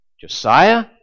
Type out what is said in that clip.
Josiah